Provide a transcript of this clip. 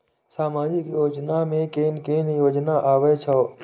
सामाजिक योजना में कोन कोन योजना आबै छै?